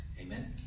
Amen